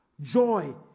joy